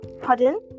Pardon